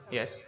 Yes